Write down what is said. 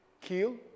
kill